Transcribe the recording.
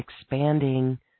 expanding